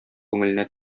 күңеленә